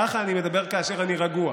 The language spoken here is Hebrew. כך אני מדבר כאשר אני רגוע,